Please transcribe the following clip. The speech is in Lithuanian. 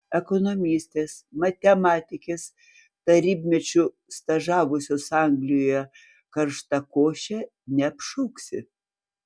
ekonomistės matematikės tarybmečiu stažavusios anglijoje karštakoše neapšauksi